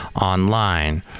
online